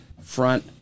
front